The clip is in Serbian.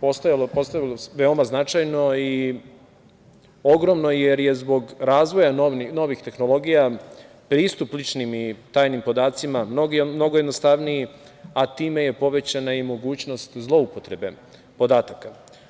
postalo veoma značajno i ogromno, jer je zbog razvoja novih tehnologija pristup ličnim i tajnim podacima mnogo jednostavniji, a time je povećana i mogućnost zloupotrebe podataka.